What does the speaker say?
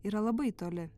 yra labai toli